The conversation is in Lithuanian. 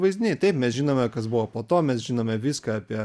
vaizdiniai taip mes žinome kas buvo po to mes žinome viską apie